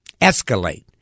escalate